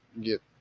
get